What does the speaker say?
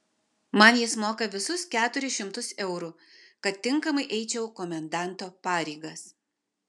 man jis moka visus keturis šimtus eurų kad tinkamai eičiau komendanto pareigas